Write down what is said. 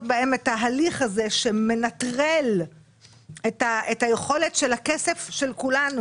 בהם את ההליך שמנטרל את האפשרות שהכסף של כולנו,